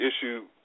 issue